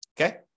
Okay